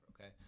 Okay